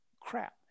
crap